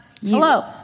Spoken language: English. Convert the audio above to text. Hello